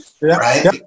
right